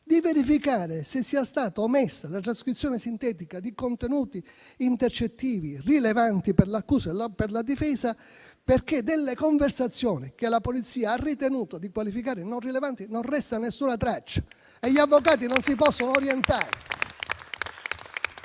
di verificare se sia stata omessa la trascrizione sintetica di contenuti intercettivi rilevanti per l'accusa e la difesa, perché delle conversazioni che la polizia ha ritenuto di qualificare non rilevanti non resta alcuna traccia e gli avvocati non si possono orientare.